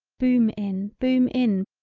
boom in boom in,